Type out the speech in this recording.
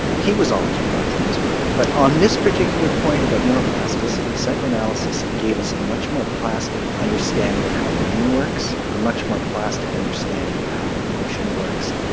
he was always revising his work, but on this particular point about neuroplasticity, psychoanalysis gave us a much more plastic understanding of how memory works, a much more plastic understanding of how emotion works,